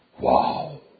Wow